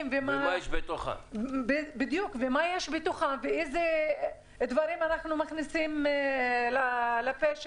ומה יש בתוכם ואיזה דברים אנחנו מכניסים לפה שלנו,